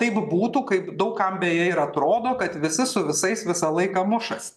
taip būtų kaip daug kam beje ir atrodo kad visi su visais visą laiką mušas